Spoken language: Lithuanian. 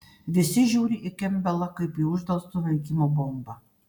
visi žiūri į kempbelą kaip į uždelsto veikimo bombą